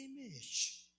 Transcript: image